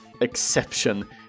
exception